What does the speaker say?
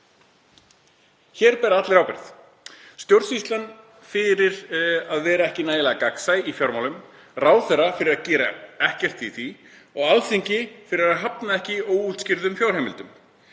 Hér bera allir ábyrgð. Stjórnsýslan fyrir að vera ekki nægilega gagnsæ í fjármálum. Ráðherra fyrir að gera ekkert í því og Alþingi fyrir að hafna ekki óútskýrðum fjárheimildum.